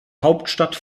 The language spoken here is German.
hauptstadt